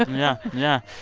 yeah. yeah.